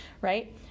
right